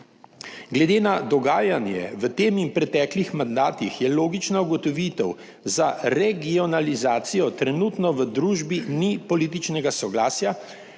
Glede na dogajanje v tem in v preteklih mandatih je logična ugotovitev: za regionalizacijo trenutno v družbi ni političnega soglasja